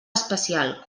especial